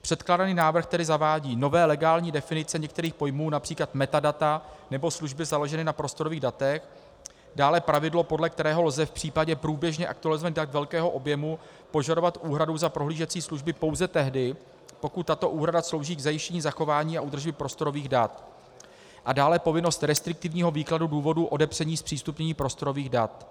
Předkládaný návrh tedy zavádí nové legální definice některých pojmů, například metadata nebo služby založené na prostorových datech, dále pravidlo, podle kterého lze v případě průběžně aktualizovaných dat velkého objemu požadovat úhradu za prohlížecí služby pouze tehdy, pokud tato úhrada slouží k zajištění zachování a údržby prostorových dat, a dále povinnost restriktivního výkladu důvodu odepření zpřístupnění prostorových dat.